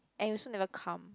and you also never come